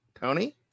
Tony